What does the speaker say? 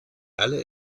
alle